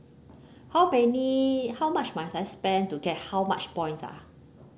how many how much must I spend to get how much points ah